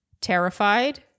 terrified